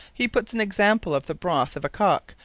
he puts an example of the broth of a cock,